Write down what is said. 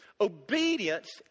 obedience